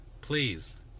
please